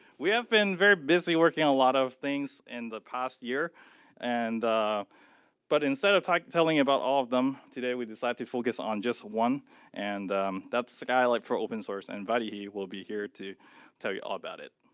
we have been very busy working on a lot of things in the past year and but instead of telling you about all of them, today we decided to focus on just one and that's the guy, like, for open source and vaidehi will be here to tell you all about it.